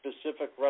specific